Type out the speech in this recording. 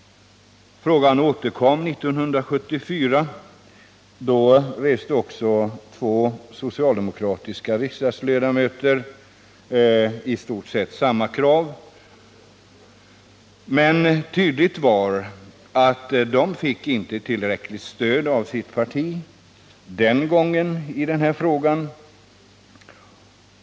År 1974, då frågan återkom, reste också två socialdemokratiska riksdagsmän samma krav. Men tydligt var att de inte fick tillräckligt stöd av sitt parti i denna fråga den gången.